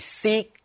seek